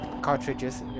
cartridges